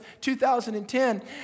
2010